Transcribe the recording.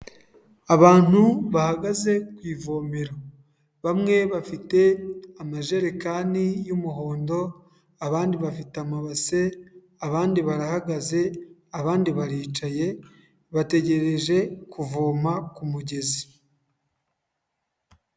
Abantu bahagaze ku ivomero. Bamwe bafite amajerekani y'umuhondo, abandi bafite amabase, abandi barahagaze, abandi baricaye, bategereje kuvoma ku mugezi.